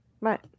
Right